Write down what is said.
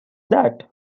that